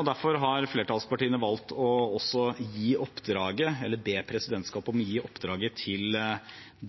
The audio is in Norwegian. og derfor har flertallspartiene valgt å be presidentskapet om å gi oppdraget til